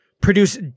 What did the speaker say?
produce